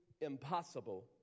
impossible